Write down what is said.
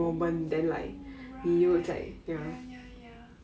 oh right ya ya ya